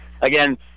again